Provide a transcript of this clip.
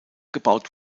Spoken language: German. gebaut